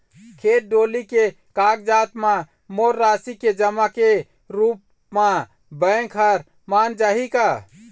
खेत डोली के कागजात म मोर राशि के जमा के रूप म बैंक हर मान जाही का?